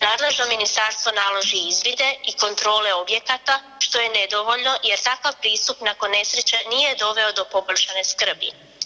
Nadležno ministarstvo naloži izvide i kontrole objekata što je nedovoljno jer takav pristup nakon nesreće nije doveo do poboljšane skrbi.